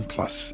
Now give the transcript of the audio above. Plus